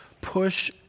push